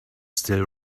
still